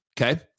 okay